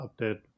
update